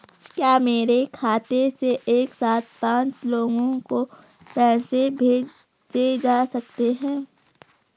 क्या मेरे खाते से एक साथ पांच लोगों को पैसे भेजे जा सकते हैं?